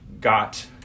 got